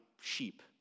sheep